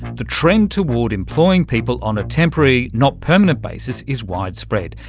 the trend toward employing people on a temporary, not permanent basis is widespread,